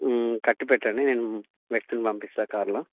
కట్టి పెట్టండి నేను వ్యక్తిని పంపిస్తా కార్లో